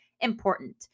important